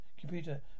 Computer